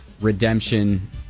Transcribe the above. redemption